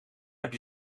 heb